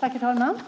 Herr talman!